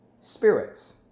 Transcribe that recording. spirits